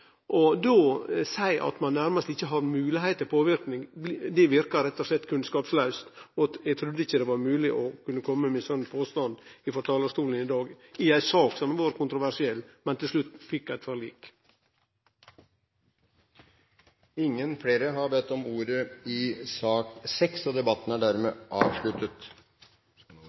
PUD-ane. Då å seie at ein nærast ikkje har moglegheit til påverknad, verkar rett og slett kunnskapslaust. Eg trudde ikkje det var mogleg å kome med ein sånn påstand frå talarstolen i dag i ei sak som har vore kontroversiell, men som til slutt fekk eit forlik. Flere har ikke bedt om ordet til sak nr. 6. Etter ønske fra energi- og